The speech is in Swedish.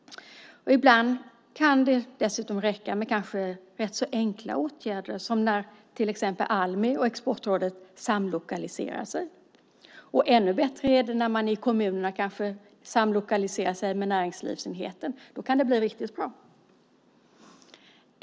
Ibland kan det dessutom räcka med rätt så enkla åtgärder, som till exempel när Almi och Exportrådet samlokaliserar sig. Ännu bättre är det när man i kommunerna kanske samlokaliserar sig med näringslivsenheten. Då kan det bli riktigt bra.